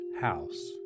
house